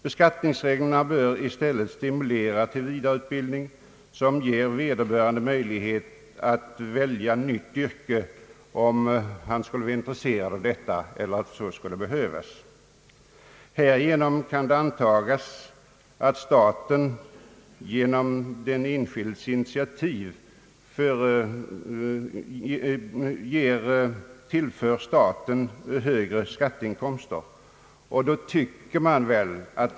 Beskattningsreglerna bör i stället stimulera till vidareutbildning, som ger vederbörande möjlighet att välja nytt yrke om han skulle vara intresserad eller om så skulle behövas. Det kan antas att staten genom den enskildes initiativ kommer att tillföras högre skatteinkomster.